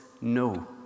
no